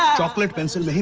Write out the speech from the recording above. chocolate pencils.